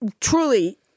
truly